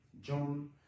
John